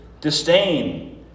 disdain